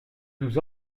nous